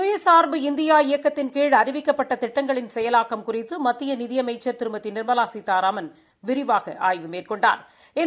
சுய சார்பு இந்தியா இயக்கத்தின் கீழ் அறிவிக்கப்பட்ட திட்டங்களின் செயலாக்கம் குறித்து மத்திய நிதி அமைச்சா் திருமதி நிா்மலா சீதாராமன் விரிவாக ஆய்வு மேற்கொண்டாா்